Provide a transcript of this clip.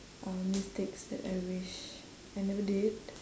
uh mistakes that I wish I never did